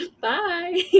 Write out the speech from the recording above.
bye